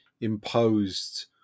imposed